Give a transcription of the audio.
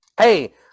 hey